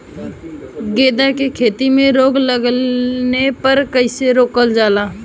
गेंदा की खेती में रोग लगने पर कैसे रोकल जाला?